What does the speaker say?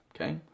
okay